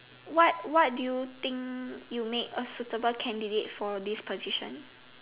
what what do you think you made a suitable candidate for this position